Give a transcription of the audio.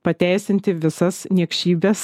pateisinti visas niekšybes